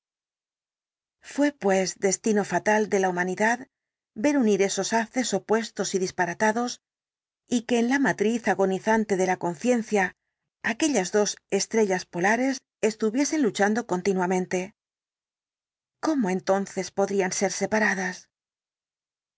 fué pues destino fatal de la humanidad ver unir esos haces opuestos y disparatados y que en la matriz agonizante de la conciencia aquellas dos estrellas polares estuviesen luchando continuamente cómo entonces podrían ser separadas